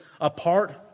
apart